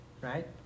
right